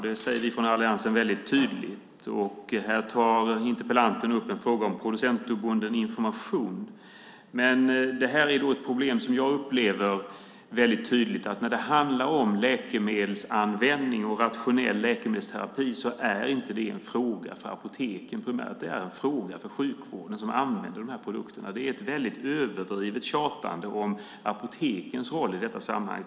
Det säger vi från alliansen väldigt tydligt. Här tar interpellanten upp en fråga om producentuppbunden information. Men här har vi då ett problem när det handlar om läkemedelsanvändning och rationell läkemedelsterapi som jag upplever väldigt tydligt inte är en fråga för apoteket. Det är en fråga för sjukvården, som använder de här produkterna. Det är ett väldigt överdrivet tjatande om apotekens roll i detta sammanhang.